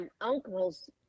uncles